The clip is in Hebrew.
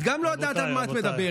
את גם לא יודעת על מה את מדברת.